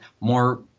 more